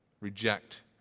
reject